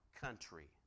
country